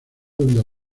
donde